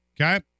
okay